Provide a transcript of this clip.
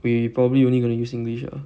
we probably only gonna use english ah